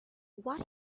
what